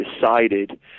decided